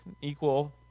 equal